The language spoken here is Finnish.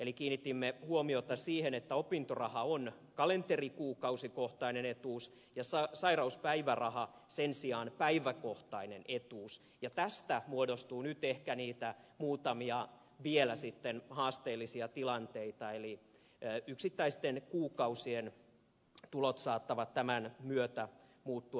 eli kiinnitimme huomiota siihen että opintoraha on kalenterikuukausikohtainen etuus ja sairauspäiväraha sen sijaan päiväkohtainen etuus ja tästä muodostuu nyt ehkä vielä sitten niitä muutamia haasteellisia tilanteita eli yksittäisten kuukausien tulot saattavat tämän myötä muuttua merkittävästikin